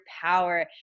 power